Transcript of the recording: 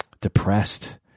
depressed